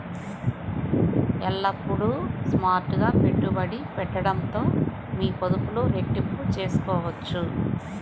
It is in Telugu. ఎల్లప్పుడూ స్మార్ట్ గా పెట్టుబడి పెట్టడంతో మీ పొదుపులు రెట్టింపు చేసుకోవచ్చు